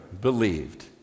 believed